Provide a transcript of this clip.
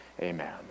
Amen